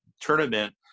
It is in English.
tournament